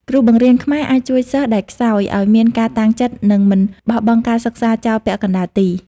គ្រូបង្រៀនខ្មែរអាចជួយសិស្សដែលខ្សោយឱ្យមានការតាំងចិត្ត និងមិនបោះបង់ការសិក្សាចោលពាក់កណ្តាលទី។